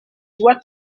doigts